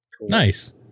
nice